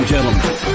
Gentlemen